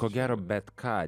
ko gero bet ką